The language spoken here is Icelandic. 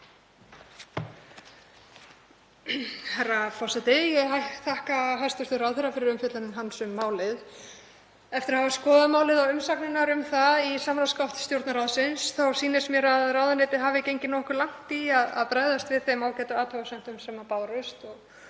Herra forseti. Ég þakka hæstv. ráðherra fyrir umfjöllun hans um málið. Eftir að hafa skoðað málið og umsagnir um það í samráðsgátt Stjórnarráðsins sýnist mér að ráðuneytið hafi gengið nokkuð langt í að bregðast við þeim ágætu athugasemdum sem bárust,